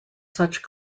such